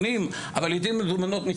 אחרון,